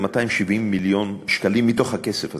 270 מיליון שקלים מתוך הכסף הזה,